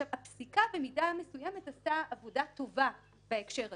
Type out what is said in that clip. במידה מסוימת הפסיקה עשתה עבודה טובה בהקשר הזה,